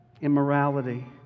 immorality